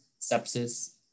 sepsis